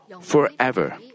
forever